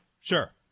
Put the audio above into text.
Sure